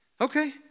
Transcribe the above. Okay